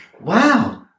Wow